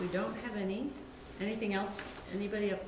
we don't have any anything else anybody